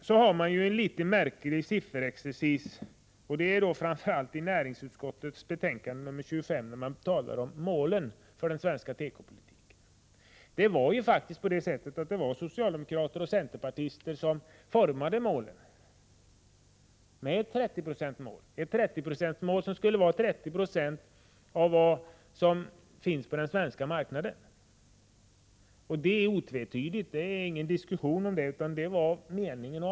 I framför allt näringsutskottets betänkande 25 görs en märklig sifferexercis, när man talar om målen för den svenska tekopolitiken. Det var faktiskt socialdemokrater och centerpartister som formade 30-procentsmålet. Vi skulle alltså själva tillverka 3076 av det som fanns på den svenska marknaden. Det var helt otvetydigt på det viset.